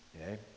okay